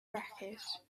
wreckage